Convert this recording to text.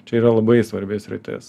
čia yra labai svarbi sritis